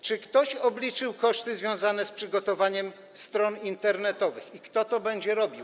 Czy ktoś obliczył koszty związane z przygotowaniem stron internetowych i kto to będzie robił?